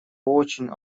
очень